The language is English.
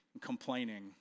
complaining